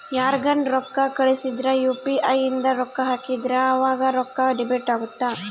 ಯಾರ್ಗನ ರೊಕ್ಕ ಕಳ್ಸಿದ್ರ ಯು.ಪಿ.ಇ ಇಂದ ರೊಕ್ಕ ಹಾಕಿದ್ರ ಆವಾಗ ರೊಕ್ಕ ಡೆಬಿಟ್ ಅಗುತ್ತ